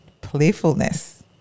playfulness